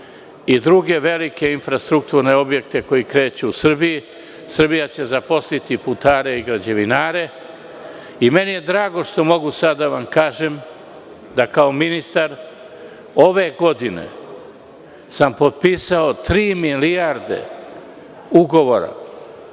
i druge velike infrastrukturne objekte koji kreću u Srbiji. Srbija će zaposliti putare i građevinare i meni je drago što mogu sada da vam kažem da kao ministar ove godine sam potpisao tri milijarde ugovora